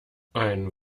ein